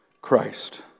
Christ